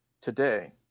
today